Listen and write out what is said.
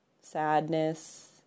sadness